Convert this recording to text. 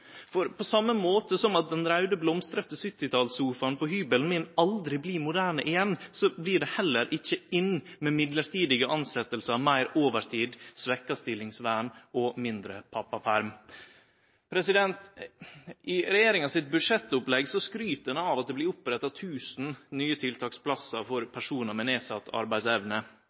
På same måte som at den raude, blomstrete 1970-talssofaen på hybelen min aldri blir moderne igjen, blir det heller ikkje «in» med midlertidige tilsetjingar, meir overtid, svekt stillingsvern og mindre pappaperm. I regjeringa sitt budsjettopplegg skryt ein av at det blir oppretta 1 000 nye tiltaksplassar for personar med nedsett arbeidsevne.